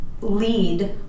lead